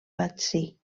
vaccí